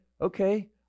okay